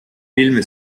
film